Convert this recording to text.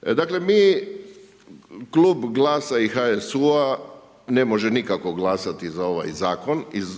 Dakle, mi Klub Glasa i HSU-a ne može nikako glasati za ovaj Zakon iz